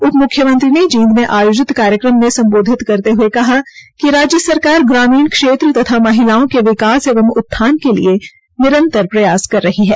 उप मुख्यमंत्री ने जींद में आयोजित कार्यक्रममें संबोधित करते हुए कहा कि राज्य सरकार ग्रामीण क्षेत्र तथा महिलाओं के विकास एवं उत्थान के लिए निरंतर प्रयास कर रही है